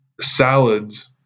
Salads